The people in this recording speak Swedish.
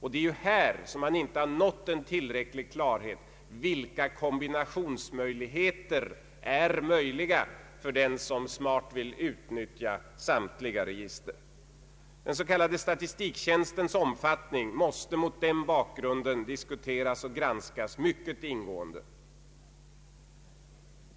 Här har man inte uppnått en tillräcklig klarhet om vilka kombinationsmöjligheter som finns för den som smart vill utnyttja samtliga register. Den s.k. statistiktjänstens omfattning måste mot den bakgrunden diskuteras och granskas mycket ingående.